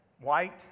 white